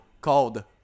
called